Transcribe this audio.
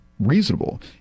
reasonable